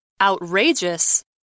Outrageous